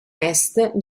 est